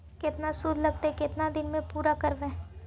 केतना शुद्ध लगतै केतना दिन में पुरा करबैय?